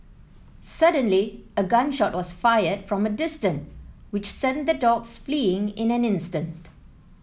suddenly a gun shot was fired from a distance which sent the dogs fleeing in an instant